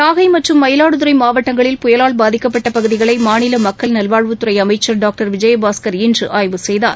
நாகை மற்றும் மயிலாடுதுறை மாவட்டங்களில் புயலால் பாதிக்கப்பட்ட பகுதிகளை மாநில மக்கள் நல்வாழ்வுத்துறை அமைச்சர் டாக்டர் விஜயபாஸ்கர் இன்று ஆய்வு செய்தார்